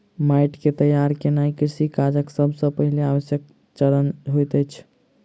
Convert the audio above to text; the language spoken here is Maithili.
माइट के तैयार केनाई कृषि काजक सब सॅ पहिल आवश्यक चरण होइत अछि